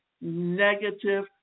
negative